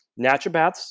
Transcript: naturopaths